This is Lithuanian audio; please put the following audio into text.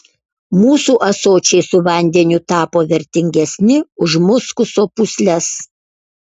mūsų ąsočiai su vandeniu tapo vertingesni už muskuso pūsles